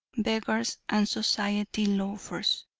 beggars and society loafers.